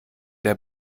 der